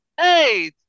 hey